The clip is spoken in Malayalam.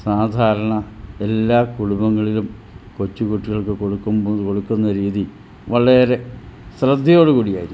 സാധാരണ എല്ലാ കുടുംബങ്ങളിലും കൊച്ചു കുട്ടികൾക്ക് കൊടുക്കുമ്പോൾ കൊടുക്കുന്ന രീതി വളരെ ശ്രദ്ധയോടു കൂടിയായിരിക്കും